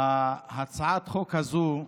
הצעת החוק הזו,